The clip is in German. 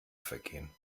vergehen